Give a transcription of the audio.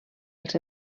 els